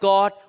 God